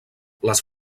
les